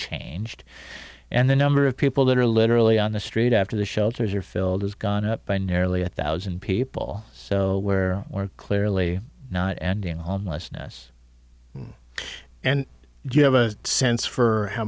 changed and the number of people that are literally on the street after the shelters are filled has gone up by nearly a thousand people so where we're clearly not ending homelessness and do you have a sense for how